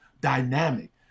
dynamic